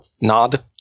nod